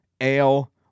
ale